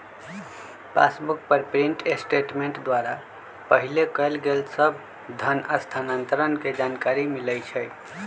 passbook पर print statement द्वारा पहिले कएल गेल सभ धन स्थानान्तरण के जानकारी मिलइ छइ